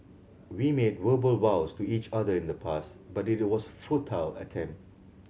we made verbal vows to each other in the past but it was futile attempt